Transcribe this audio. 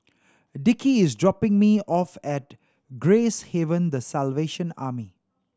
Dickie is dropping me off at Gracehaven The Salvation Army